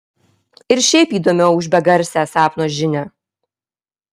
ir šiaip įdomiau už begarsę sapno žinią